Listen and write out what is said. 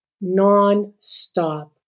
non-stop